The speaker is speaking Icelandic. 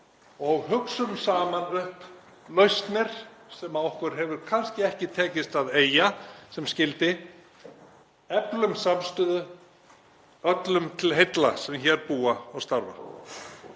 og hugsum saman upp lausnir sem okkur hefur kannski ekki tekist að eygja sem skyldi. Eflum samstöðu öllum til heilla sem hér búa og starfa.